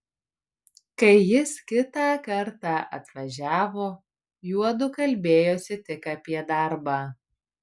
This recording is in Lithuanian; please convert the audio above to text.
kai jis kitą kartą atvažiavo juodu kalbėjosi tik apie darbą